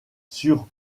sur